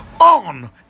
on